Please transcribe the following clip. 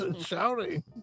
shouting